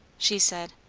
she said.